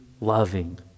loving